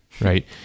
right